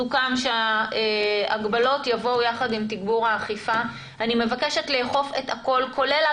ברור, יש גם וגם.